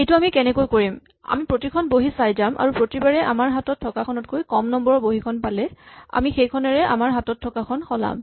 এইটো আমি কেনেকৈ কৰিম আমি প্ৰতিখন বহী চাই যাম আৰু প্ৰতিবাৰেই আমাৰ হাতত থকাখতকৈ কম নম্বৰ ৰ বহী পালেই আমি সেইখনেৰে আমাৰ হাতত থকাখন সলাম